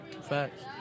Facts